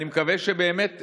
אני מקווה שבאמת,